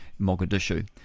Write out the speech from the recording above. Mogadishu